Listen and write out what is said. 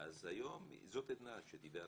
אז היום זאת עדנה, שתדע לך.